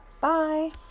Bye